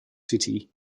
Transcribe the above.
city